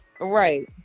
Right